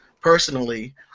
personally